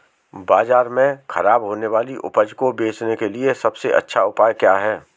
बाजार में खराब होने वाली उपज को बेचने के लिए सबसे अच्छा उपाय क्या हैं?